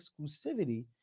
exclusivity